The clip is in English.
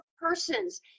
persons